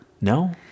no